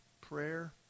Prayer